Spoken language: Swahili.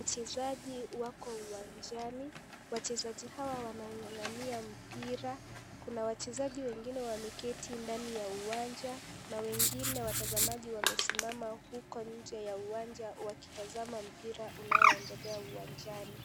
Wachezaji wako uwanjani. Wachezaji hawa wanaong'ang'ania mpira, kuna wachezaji wengine wameketi ndani ya uwanja na wengine watazamaji wamesimama huko nje ya uwanja wakitazama mpira unaoendelea uwanjani.